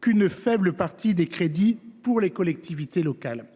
qu’une faible partie des crédits alloués aux collectivités locales.